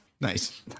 nice